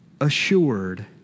assured